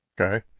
Okay